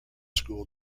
school